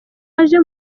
aje